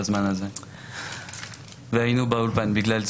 בילדים האחרים ואז פתאום נהיה דבר כזה.